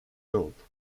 dope